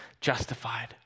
justified